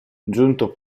giunto